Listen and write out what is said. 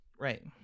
right